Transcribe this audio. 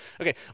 Okay